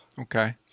okay